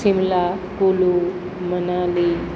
Shimla Kullu Manali